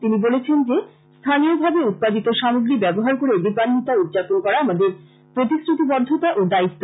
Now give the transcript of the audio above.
তিনি বলেছেন যে স্থানীয়ভাবে উৎপাদিত সামগ্রী ব্যবহার করে দীপান্বীতা উদযাপন করা আমাদের প্রতিশ্রাতিবদ্ধতা ও দায়িত্ব